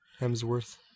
Hemsworth